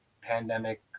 pandemic